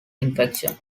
infection